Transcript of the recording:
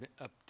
up